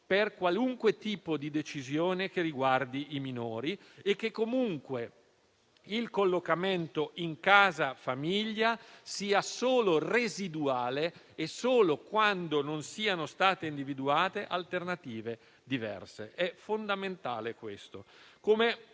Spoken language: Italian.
per qualunque tipo di decisione che riguardi i minori e che comunque il collocamento in casa famiglia sia solo residuale e solo quando non siano state individuate alternative diverse. Questo è fondamentale, come lo